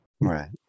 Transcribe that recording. Right